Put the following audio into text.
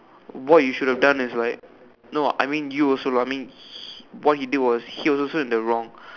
what you should have done is like no I mean you also lah I mean he what he did also he's also in the wrong